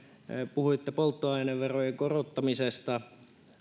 puhuitte polttoaineverojen korottamisesta